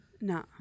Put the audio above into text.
No